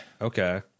Okay